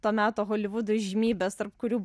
to meto holivudo įžymybės tarp kurių